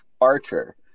Archer